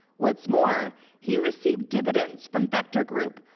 what's more, he received dividends from vector group,